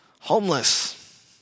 homeless